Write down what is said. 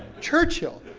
churchill!